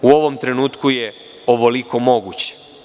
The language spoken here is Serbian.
U ovom trenutku je ovoliko moguće.